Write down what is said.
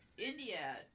India